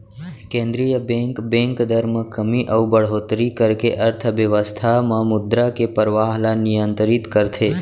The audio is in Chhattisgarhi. केंद्रीय बेंक, बेंक दर म कमी अउ बड़होत्तरी करके अर्थबेवस्था म मुद्रा के परवाह ल नियंतरित करथे